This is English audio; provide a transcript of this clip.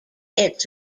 its